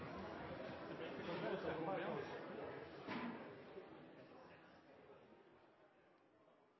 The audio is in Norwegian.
mitt er: Ser